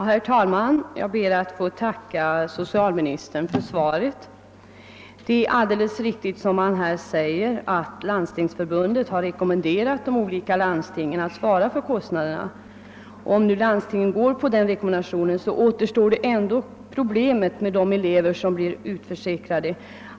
Herr talman! Jag ber att få tacka socialministern för svaret. Det är riktigt som socialministern säger att Svenska landstingsförbundet har rekommenderat landstingen att svara för vårdkostnaderna för fysiskt handikappade barn. Men om landstingen handlar efter den rekommendationen återstår ändå en liten grupp elever som blir utförsäkrade.